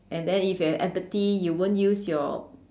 and then if you there empathy you won't use your